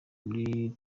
muri